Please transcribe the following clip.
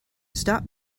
stop